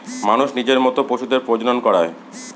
মানুষ নিজের মত পশুদের প্রজনন করায়